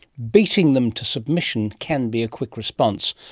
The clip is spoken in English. beating them to submission can be a quick response,